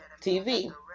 tv